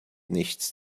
nichts